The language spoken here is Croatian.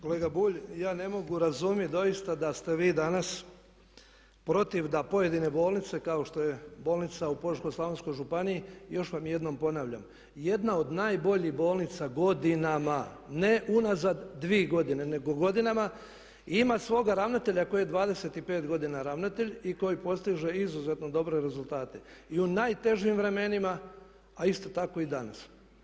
Kolega Bulj ja ne mogu razumjeti doista da ste vi danas protiv da pojedine bolnice kao što je bolnica u Požeško-slavonskoj županiji, još vam jednom ponavljam, jedna od najboljih bolnica godinama ne unazad dvije godine nego godinama i ima svoga ravnatelja koji je 25 godina ravnatelj i koji postiže izuzetno dobre rezultate i u najtežim vremenima a isto tako i danas.